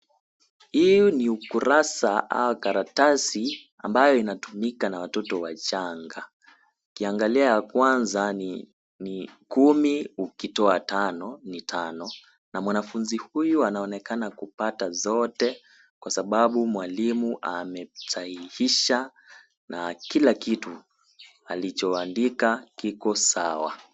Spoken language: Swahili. Hii ni ukurasa au karatasi ambayo inatumika na watoto wachanga. Ukiangalia ya kwanza ni kumi ukitoa tano ni tano, na mwanafunzi huyu anaonekana kupata zote, kwa sababu mwalimu amesahihisha, na kila kitu alichoandika kiko sawa.